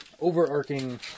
overarching